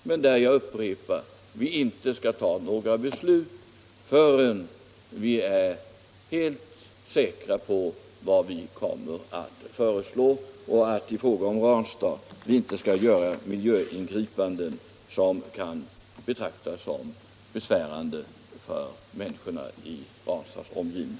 Men jag upprepar: Vi skall inte ta några beslut förrän vi är helt säkra på det vi kommer att föreslå, och vi skall inte göra miljöingripanden som kan betraktas som besvärande för människorna i Ranstads omgivning.